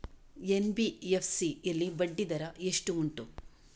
NBFC ಯಲ್ಲಿ ಬಡ್ಡಿ ದರ ಎಷ್ಟು ಉಂಟು?